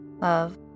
love